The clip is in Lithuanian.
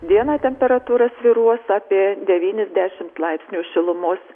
dieną temperatūra svyruos apie devynis dešimt laipsnių šilumos